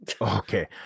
okay